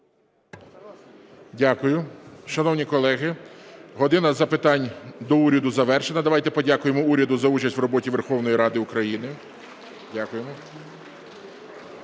Дякую. Шановні колеги, "година запитань до Уряду" завершена. Давайте подякуємо Уряду за участь у роботі Верховної Ради України. Дякуємо.